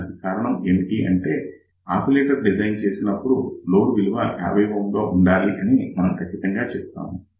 దీనికి కారణం ఏమిటి అంటే ఆసిలేటర్ డిజైన్ చేసేటప్పుడు లోడ్ విలువ 50Ω ఉండాలని మనము ఖచ్చితంగా చెప్తాము